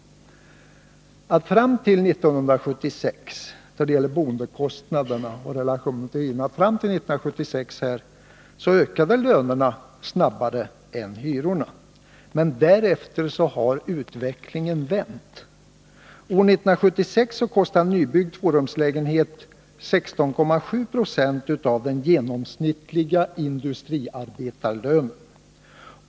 Fram till 1976 ökade lönerna något snabbare än hyrorna, men därefter har utvecklingen vänt. År 1976 kostade en nybyggd tvårumslägenhet 16,7 20 av den genomsnittliga industriarbetarlönen.